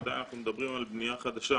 עדיין אנחנו מדברים על בנייה חדשה.